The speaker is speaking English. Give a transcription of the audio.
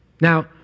Now